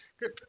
Good